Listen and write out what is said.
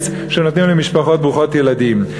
benefits, שנותנים למשפחות ברוכות ילדים.